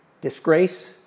Disgrace